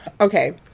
Okay